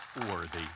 worthy